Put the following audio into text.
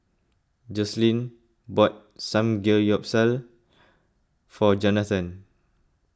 Joslyn bought Samgeyopsal for Johnathon